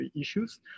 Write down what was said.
issues